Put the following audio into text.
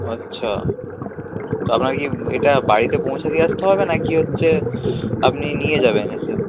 আচ্ছা তো আপনাকে কি এটা বাড়িতে পৌঁছে দিয়ে আসতে হবে না কি হচ্ছে আপনি নিয়ে যাবেন এসে